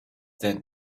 that